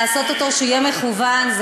לעשות שיהיה מקוון,